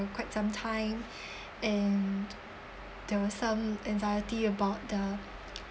quite some time and there was some anxiety about the